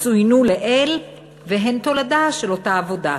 צוינו לעיל והן תולדה של אותה עבודה.